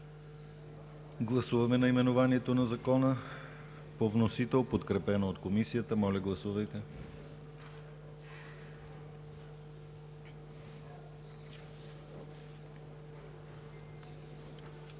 Гласуваме наименованието на Закона по вносител, подкрепен от Комисията. Гласували